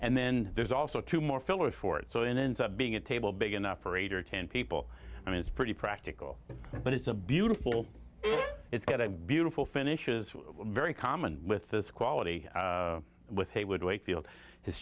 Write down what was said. and then there's also two more fillers for it so it ends up being a table big enough for eight or ten people i mean it's pretty practical but it's a beautiful it's got a beautiful finish is what very common with this quality with a wood wakefield h